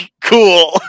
cool